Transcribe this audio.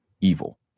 evil